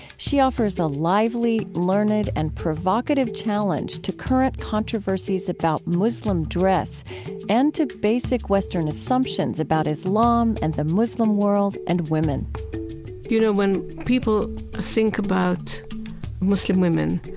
she offers a lively, learned, and provocative challenge to current controversies about muslim dress and to basic western assumptions about islam and the muslim world and women you know, when people ah think about muslim women,